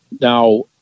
Now